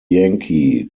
yankee